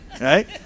right